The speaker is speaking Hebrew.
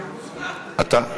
אתה.